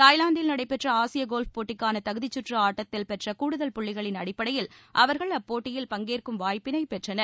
தாய்லாந்தில் நடைபெற்ற ஆசிய கோல்ப் போட்டிக்கான தகுதிக்கற்று ஆட்டத்தில் பெற்ற கூடுதல் புள்ளிகளின் அடிப்படையில் அவர்கள் அப்போட்டியில் பங்கேற்கும் வாய்ப்பினை பெற்றனர்